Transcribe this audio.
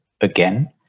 again